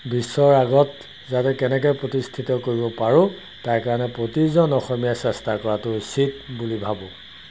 বিশ্বৰ আগত যাতে কেনেকৈ প্ৰতিষ্ঠিত কৰিব পাৰোঁ তাৰ কাৰণে প্ৰতিজন অসমীয়াই চেষ্টা কৰাটো উচিত বুলি ভাবোঁ